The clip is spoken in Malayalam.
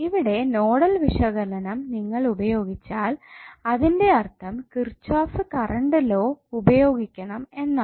ഇവിടെ നോഡൽ വിശകലനം നിങ്ങൾ ഉപയോഗിച്ചാൽ അതിന്റെ അർത്ഥം Kirchhoff current law KIrchhoff's current law ഉപയോഗിക്കണം എന്നാണ്